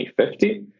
2050